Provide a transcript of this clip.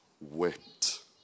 wept